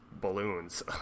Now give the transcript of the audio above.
balloons